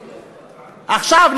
עכשיו,